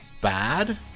bad